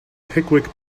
pickwick